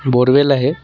borewell आहे